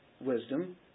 wisdom